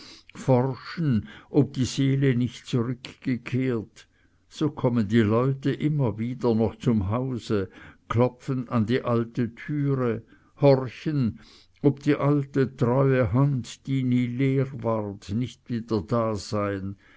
forschen ob die seele nicht zurückgekehrt so kommen die leute immer und immer noch zum hause klopfen an die alte türe horchen ob die alte treue hand die nie leer ward nicht wieder da